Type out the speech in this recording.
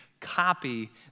copy